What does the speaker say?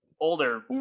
older